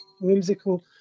whimsical